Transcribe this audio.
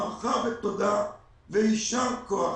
הערכה ותודה ויישר כוח